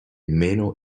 meno